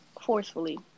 forcefully